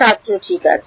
ছাত্র ঠিক আছে